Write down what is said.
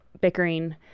bickering